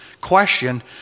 question